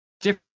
different